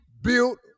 Built